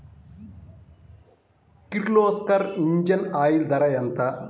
Kirloskar engine oil ధర ఎంత?